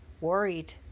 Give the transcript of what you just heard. worried